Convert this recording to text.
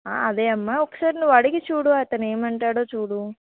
అదే అమ్మా ఒకసారి నువ్వు అడిగి చూడు అతనే ఏమంటాడో చూడు